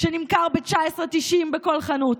שנמכר ב-19.90 ש"ח בכל חנות,